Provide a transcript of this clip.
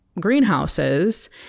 greenhouses